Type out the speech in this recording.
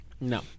No